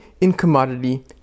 incommodity